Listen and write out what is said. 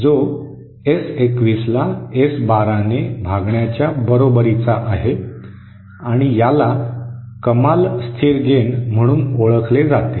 जो एस 21 ला एस 12 ने भागण्याच्या बरोबरीचा आहे आणि याला कमाल स्थिर गेन म्हणून ओळखले जाते